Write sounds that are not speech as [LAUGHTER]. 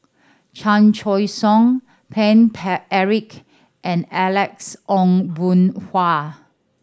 Chan Choy Siong Paine [UNINTELLIGIBLE] Eric and Alex Ong Boon Hau